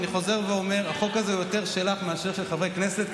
אני חוזר ואומר שהחוק הזה הוא יותר שלך מאשר של חברי הכנסת,